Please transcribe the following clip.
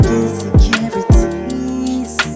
insecurities